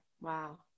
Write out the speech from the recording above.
wow